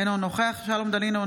אינו נוכח שלום דנינו,